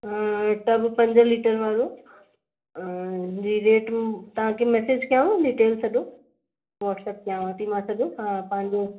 tub पंज litre वारो जी रेट तांखे मैसेज कयांव डिटेल सॼो वाट्सअप कयांव थी मां सॼो पंहिंजो